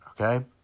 okay